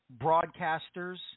broadcasters